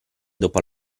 dopo